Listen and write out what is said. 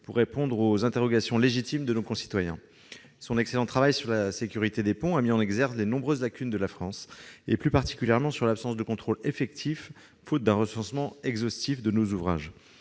de répondre aux interrogations légitimes de nos concitoyens. Son excellent travail sur la sécurité des ponts a mis en exergue les nombreuses lacunes de la France, en particulier l'absence de contrôle effectif, faute d'un recensement exhaustif de nos ouvrages.